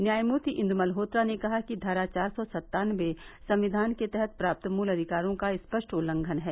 न्यायमूर्ति इन्दु मल्होत्रा ने कहा कि धारा चार सौ सत्तानवे संक्विान के तहत प्राप्त मूल अधिकारों का स्पष्ट उल्लंघन है